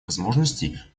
возможностей